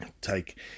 take